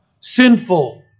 sinful